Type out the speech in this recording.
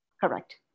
Correct